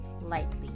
lightly